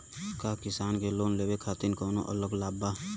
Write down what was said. का किसान के लोन लेवे खातिर कौनो अलग लाभ बा?